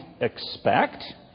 expect